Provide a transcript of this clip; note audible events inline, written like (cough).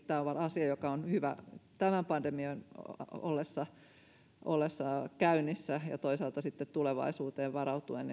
(unintelligible) tämä on kuitenkin asia joka on erittäin tärkeä tämän pandemian ollessa ollessa käynnissä ja toisaalta sitten tulevaisuuteen varautuen (unintelligible)